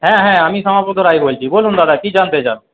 হ্যাঁ হ্যাঁ আমি শ্যামাপদ রায় বলছি বলুন দাদা কি জানতে চান